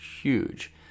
huge